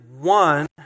one